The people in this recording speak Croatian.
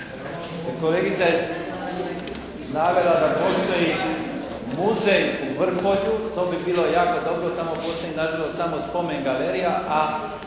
Kolegica je navela da postoji muzej u Vrpolju, to bi bilo jako dobro. Tamo postoji na žalost samo spomen galerija,